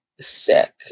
sick